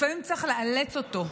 לפעמים צריך לאלץ אותו,